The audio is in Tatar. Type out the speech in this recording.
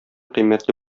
кыйммәтле